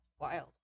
Wild